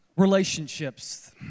relationships